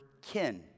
kin